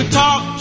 talk